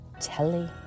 telly